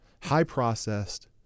high-processed